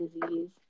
disease